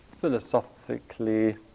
philosophically